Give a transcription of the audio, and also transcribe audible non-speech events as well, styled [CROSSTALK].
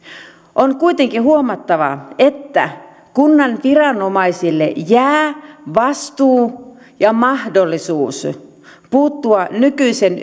on kuitenkin huomattava että kunnan viranomaisille jää vastuu ja mahdollisuus puuttua nykyisen [UNINTELLIGIBLE]